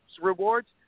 rewards